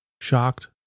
shocked